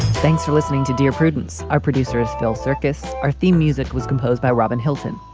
thanks for listening to dear prudence, our producer is phil cercas. our theme music was composed by robin hilton.